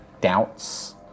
doubts